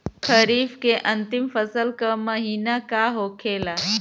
खरीफ के अंतिम फसल का महीना का होखेला?